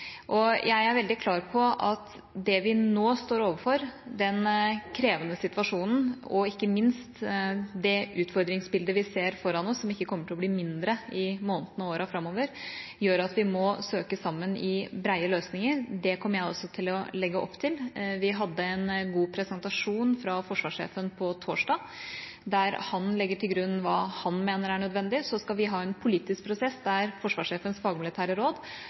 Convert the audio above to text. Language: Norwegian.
Jeg er veldig klar på at det vi nå står overfor, den krevende situasjonen og ikke minst det utfordringsbildet vi ser foran oss, som ikke kommer til å bli mindre i månedene og årene framover, gjør at vi må søke sammen i brede løsninger. Det kommer jeg også til å legge opp til. Vi hadde en god presentasjon fra forsvarssjefen på torsdag, der han la til grunn hva han mener er nødvendig. Så skal vi ha en politisk prosess der forsvarssjefens fagmilitære råd